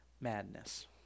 madness